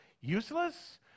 useless